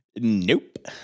Nope